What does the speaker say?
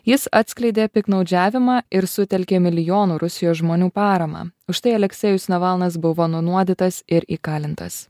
jis atskleidė piktnaudžiavimą ir sutelkė milijonų rusijos žmonių paramą užtai aleksejus navalnas buvo nunuodytas ir įkalintas